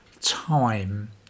time